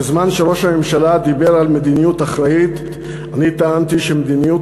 בזמן שראש הממשלה דיבר על מדיניות אחראית אני טענתי שמדיניות